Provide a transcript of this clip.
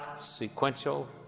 sequential